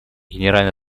генеральная